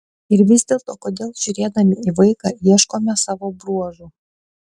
ir vis dėlto kodėl žiūrėdami į vaiką ieškome savo bruožų